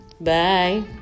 Bye